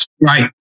Right